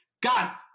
God